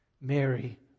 Mary